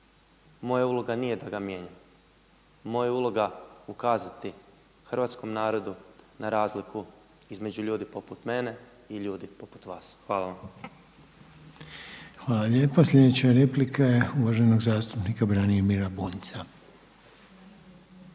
Moja uloga nije da ga mijenjam. Moja je uloga ukazati hrvatskom narodu na razliku između ljudi poput mene i ljudi poput vas. Hvala vam. **Reiner, Željko (HDZ)** Hvala lijepa. Sljedeća replika je uvaženog zastupnika Branimira Bunjca.